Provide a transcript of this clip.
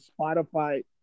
Spotify